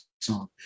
song